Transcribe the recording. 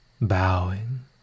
bowing